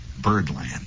Birdland